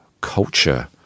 culture